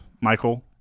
Michael